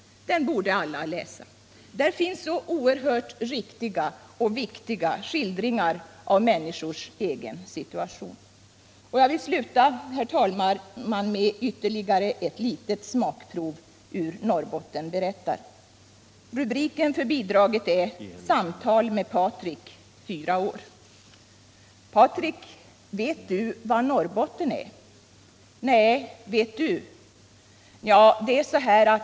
Den borde alla läsa. Där finns oerhört riktiga och viktiga skildringar av människors egna situationer. Jag skall sluta med ytterligare ett litet smakprov ur Norrbotten berättar. Rubriken för bidraget är Samtal med Patrik, fyra år, och det lyder: ”Patrik, vet du vad Norrbotten är? Njaa, det är så här att.